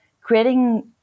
creating